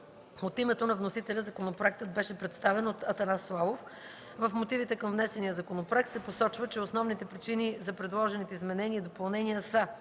От името на вносителя законопроектът беше представен от Атанас Славов. В мотивите към внесения законопроект се посочва, че основните причини за предложените изменения и допълнения са: